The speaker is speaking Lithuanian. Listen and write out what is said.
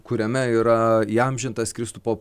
kuriame yra įamžintas kristupo